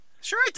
Sure